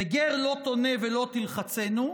"וגר לא תונה ולא תלחצנו",